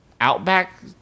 Outback